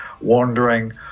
wandering